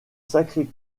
sacré